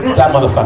that but